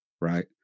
right